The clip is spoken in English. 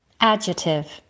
Adjective